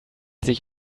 sich